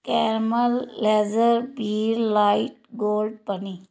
caramel lager beer light gold ਪਨੀ